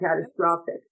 catastrophic